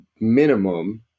minimum